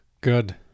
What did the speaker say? good